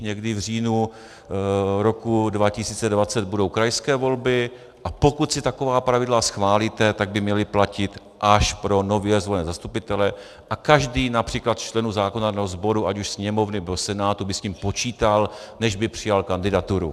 Někdy v říjnu roku 2020 budou krajské volby, a pokud si taková pravidla schválíte, tak by měla platit až pro nově zvolené zastupitele a každý například z členů zákonného sboru, ať už Sněmovny, nebo Senátu, by s tím počítal, než by přijal kandidaturu.